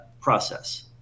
process